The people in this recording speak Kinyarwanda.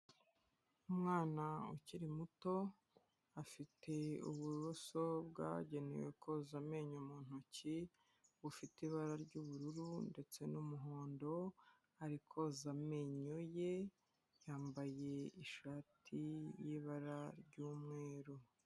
Umwana ukiri muto, afite uburoso bwagenewe koza amenyo mu ntoki bufite ibara ry'ubururu ndetse n'umuhondo, ari koza amenyo ye, yambaye ishati y'ibara ry'umweru.